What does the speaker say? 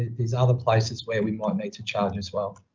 there's other places where we might need to charge as well.